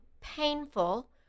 painful